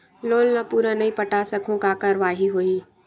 Loan ला पूरा नई पटा सकहुं का कारवाही होही?